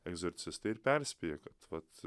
egzorcistai ir perspėja kad vat